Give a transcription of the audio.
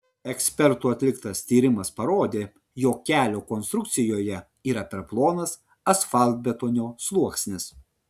ekspertų atliktas tyrimas parodė jog kelio konstrukcijoje yra per plonas asfaltbetonio sluoksnis